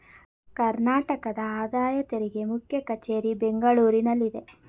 ಕರ್ನಾಟಕದ ಆದಾಯ ತೆರಿಗೆ ಮುಖ್ಯ ಕಚೇರಿ ಬೆಂಗಳೂರಿನಲ್ಲಿದೆ